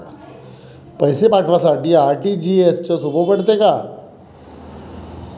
पैसे पाठवासाठी आर.टी.जी.एसचं सोप पडते का?